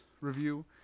review